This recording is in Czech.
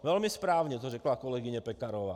Velmi správně to řekla kolegyně Pekarová.